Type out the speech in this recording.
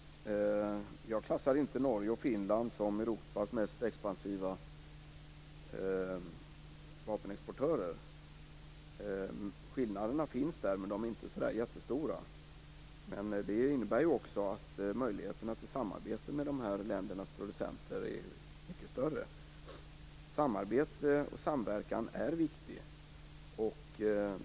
Fru talman! Jag klassar inte Norge och Finland som Europas mest expansiva vapenexportörer. Skillnaderna finns, men de är inte så stora. Detta innebär också att möjligheterna till samarbete med dessa länders producenter är mycket större. Det är viktigt med samarbete och samverkan.